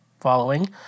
following